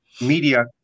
media